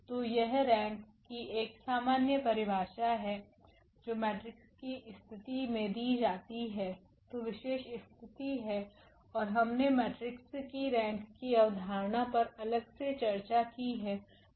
तो यह रैंक की एक सामान्य परिभाषा है जो मेट्रिक्स की स्थिति मे दी जाती है जो विशेष स्थिति है और हमने मेट्रिक्स की रैंक की अवधारणा पर अलग से चर्चा की है